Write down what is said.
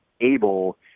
able